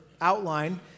outline